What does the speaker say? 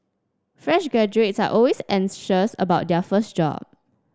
fresh graduates are always anxious about their first job